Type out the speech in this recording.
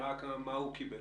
הוא טוב בלמכור.